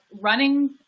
running